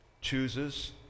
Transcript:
chooses